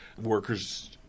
workers